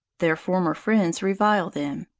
their former friends revile them,